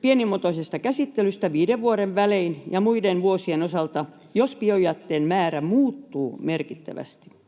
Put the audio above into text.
pienimuotoisesta käsittelystä viiden vuoden välein ja muiden vuosien osalta, jos biojätteen määrä muuttuu merkittävästi.